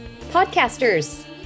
podcasters